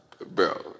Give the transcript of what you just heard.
Bro